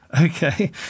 Okay